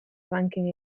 rànquing